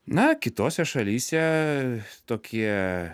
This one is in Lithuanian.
na kitose šalyse tokie